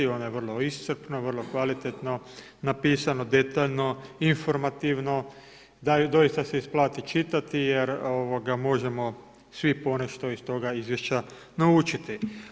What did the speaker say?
Ono je vrlo iscrpno, vrlo kvalitetno, napisano detaljno, informativno, doista se isplati čitati jer možemo svi ponešto iz toga Izvješća naučiti.